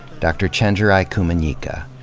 dr. chenjerai kumanyika.